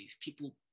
people